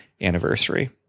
anniversary